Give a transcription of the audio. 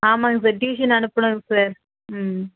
ஆமாங்க sir tuition அனுப்பணும் sir ம்